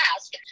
ask